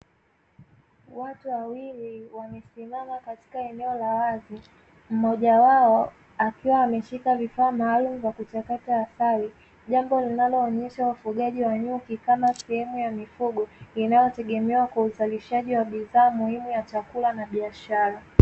Watu wawili wamesimama katika eneo la wazi mmoja wao akiwa ameshika vifaa maalum vya kuchakata hatari jambo linaloonyesha ufugaji wa nyuki kama sehemu ya mifugo inayotegemea kwa uzalishaji wa bidhaa muhimu ya chakula na biashara.